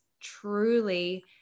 truly